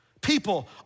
People